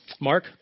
Mark